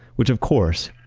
which of course,